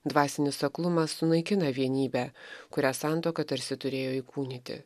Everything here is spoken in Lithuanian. dvasinis aklumas sunaikina vienybę kurią santuoka tarsi turėjo įkūnyti